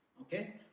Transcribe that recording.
Okay